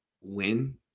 win –